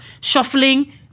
shuffling